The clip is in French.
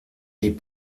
les